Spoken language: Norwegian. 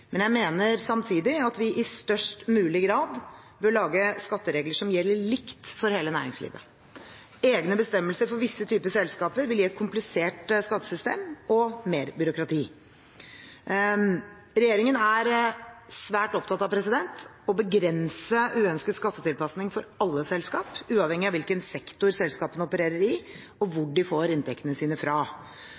men jeg mener samtidig at vi i størst mulig grad bør lage skatteregler som gjelder likt for hele næringslivet. Egne bestemmelser for visse typer selskaper vil gi et komplisert skattesystem og mer byråkrati. Regjeringen er svært opptatt av å begrense uønsket skattetilpasning for alle selskap, uavhengig av hvilken sektor selskapene opererer i, og hvor de får inntektene sine fra.